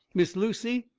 miss lucy,